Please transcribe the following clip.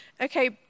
okay